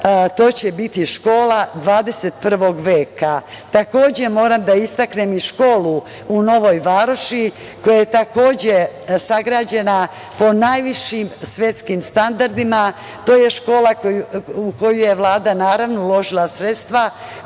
to će biti škola 21. veka. Takođe, moram da istaknem i školu u Novoj Varoši koja je takođe sagrađena po najvišim svetskim standardima. To je škola u koju je Vlada, naravno, uložila sredstva,